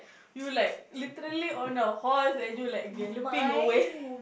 you like literally on a horse and you like galloping away